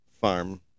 farm